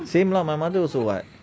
same lah my mother also [what]